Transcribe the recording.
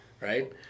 right